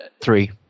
three